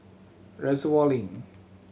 Reservoir Link